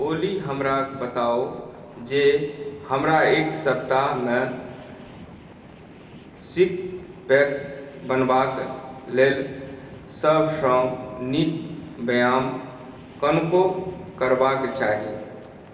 ओली हमरा बताउ जे हमरा एक सप्ताहमे सिक पैक बनबाक लेल सबसँ नीक व्यायाम कोन कोन करबाक चाही